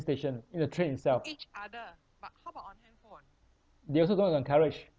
station in the train itself they also don't encourage